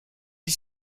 you